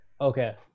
Okay